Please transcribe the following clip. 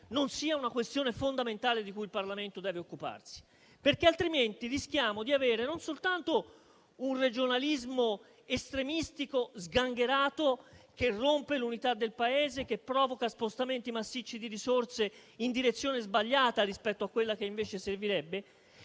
non sia una questione fondamentale di cui il Parlamento deve occuparsi. Altrimenti rischiamo di avere non soltanto un regionalismo estremistico e sgangherato che rompe l'unità del Paese, che provoca spostamenti massicci di risorse in direzione sbagliata rispetto a quella che invece servirebbe,